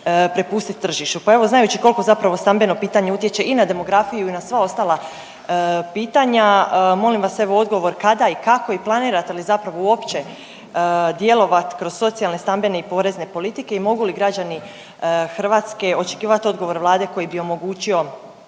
prepustit tržištu. Pa evo znajući kolko zapravo stambeno pitanje utječe i na demografiju i na sva ostala pitanja, molim vas evo odgovor kada i kako i planirate li zapravo uopće djelovat kroz socijalne, stambene i porezne politike i mogu li građani Hrvatske očekivat odgovor Vlade koji bi omogućio